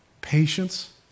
patience